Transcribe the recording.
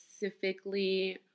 specifically